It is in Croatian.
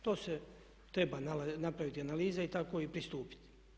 To se treba napraviti analiza i tako i pristupiti.